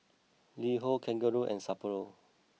LiHo Kangaroo and Sapporo